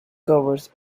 covers